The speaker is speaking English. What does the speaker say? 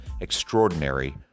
extraordinary